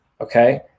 Okay